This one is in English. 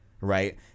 right